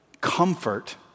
Comfort